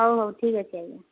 ହଉ ହଉ ଠିକ୍ ଅଛି ଆଜ୍ଞା